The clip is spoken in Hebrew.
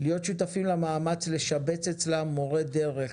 להיות שותפים למאמץ לשבץ אצלם מורי דרך